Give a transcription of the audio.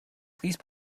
please